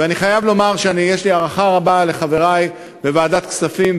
ואני חייב לומר שיש לי הערכה רבה לחברי בוועדת הכספים,